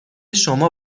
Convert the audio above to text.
شما